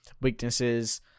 weaknesses